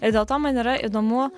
ir dėl to man yra įdomu